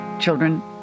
children